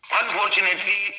unfortunately